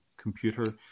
computer